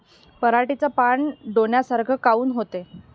पराटीचे पानं डोन्यासारखे काऊन होते?